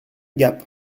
gap